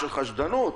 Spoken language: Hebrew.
של חשדנות.